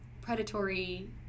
predatory